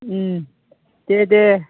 उम दे दे